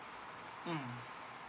mm